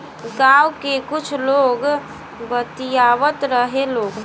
गाँव के कुछ लोग बतियावत रहेलो